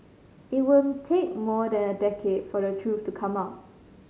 it would take more than a decade for the truth to come out